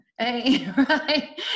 Right